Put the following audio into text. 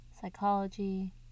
psychology